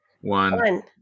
one